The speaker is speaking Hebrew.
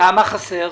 כמה חסר?